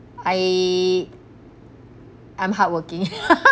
I I'm hardworking